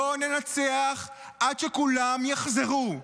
לא ננצח עד שכולם יחזרו.